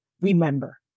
Remember